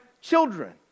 children